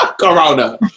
Corona